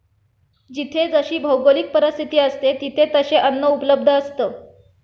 जिथे जशी भौगोलिक परिस्थिती असते, तिथे तसे अन्न उपलब्ध असतं